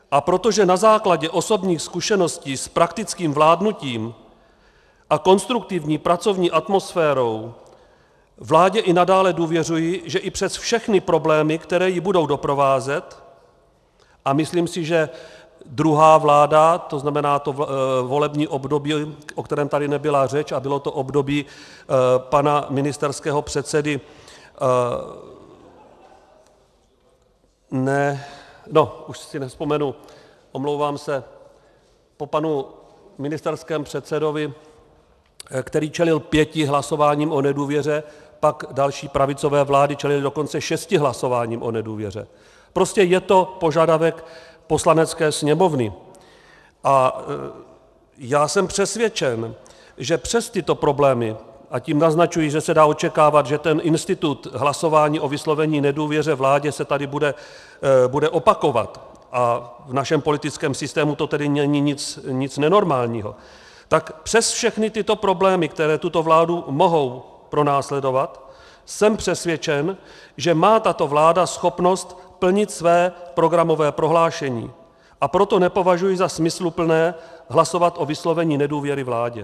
A protože na základě osobních zkušeností s praktickým vládnutím a konstruktivní pracovní atmosférou vládě i nadále důvěřuji, že i přes všechny problémy, které ji budou doprovázet a myslím si, že druhá vláda, to znamená to volební období, o kterém tady nebyla řeč, a bylo to období pana ministerského předsedy... no, už si nevzpomenu, omlouvám se, po panu ministerském předsedovi, který čelil pěti hlasováním o nedůvěře, pak další pravicové vlády čelily dokonce šesti hlasováním o nedůvěře, prostě je to požadavek Poslanecké sněmovny, a já jsem přesvědčen, že přes tyto problémy a tím naznačuji, že se dá očekávat, že ten institut hlasování o vyslovení nedůvěry vládě se tady bude opakovat, a v našem politickém systému to není nic nenormálního tak přes všechny tyto problémy, které tuto vládu mohou pronásledovat, jsem přesvědčen, že má tato vláda schopnost plnit své programové prohlášení, a proto nepovažuji za smysluplné hlasovat o vyslovení nedůvěry vládě.